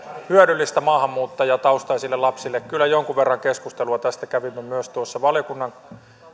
hyödyllistä maahanmuuttajataustaisille lapsille kyllä jonkun verran keskustelua tästä kävimme myös valiokunnan